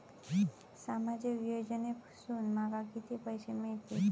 सामाजिक योजनेसून माका किती पैशे मिळतीत?